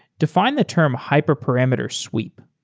define the term hyperparameter sweep.